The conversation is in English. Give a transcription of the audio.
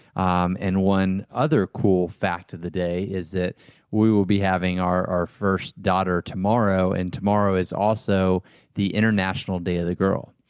um and one other cool fact of the day is that we will be having our our first daughter tomorrow, and tomorrow is also the international day of the girl.